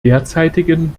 derzeitigen